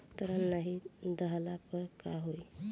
ऋण नही दहला पर का होइ?